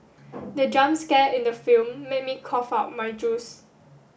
the jump scare in the film made me cough out my juice